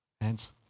Hands